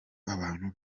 abantu